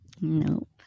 Nope